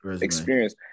experience